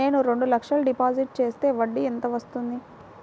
నేను రెండు లక్షల డిపాజిట్ చేస్తే వడ్డీ ఎంత వస్తుంది?